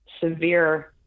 severe